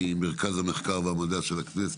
ממרכז המחקר והמידע של הכנסת,